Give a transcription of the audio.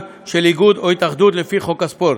של איגוד או התאחדות לפי חוק הספורט.